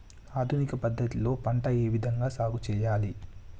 ఆధునిక పద్ధతి లో పంట ఏ విధంగా సాగు చేయాలి?